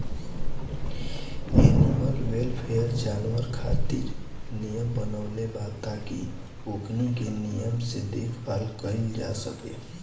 animal welfare, जानवर खातिर नियम बनवले बा ताकि ओकनी के निमन से देखभाल कईल जा सके